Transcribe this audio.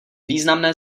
významné